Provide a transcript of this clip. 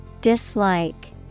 Dislike